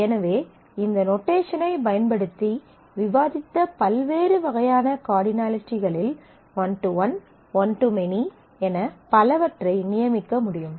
எனவே இந்த நோட்டேஷனைப் பயன்படுத்தி விவாதித்த பல்வேறு வகையான கார்டினலிட்டிகளில் one to one one to many என பலவற்றை நியமிக்க முடியும்